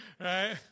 right